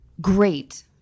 Great